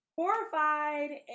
horrified